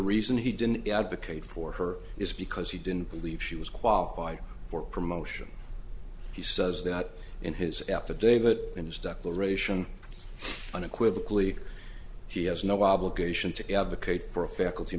reason he didn't advocate for her is because he didn't believe she was qualified for promotion he says that in his affidavit in his declaration unequivocally he has no obligation to advocate for a faculty